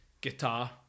guitar